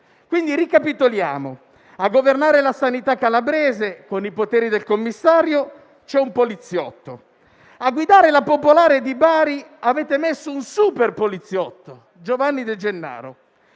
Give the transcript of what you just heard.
Quindi, ricapitoliamo: a governare la sanità calabrese con i poteri del commissario c'è un poliziotto; a guidare la Banca popolare di Bari avete messo un super-poliziotto, Giovanni De Gennaro;